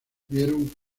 tuvieron